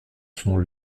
son